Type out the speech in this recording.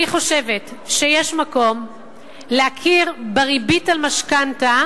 אני חושבת שיש מקום להכיר בריבית על משכנתה